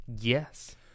Yes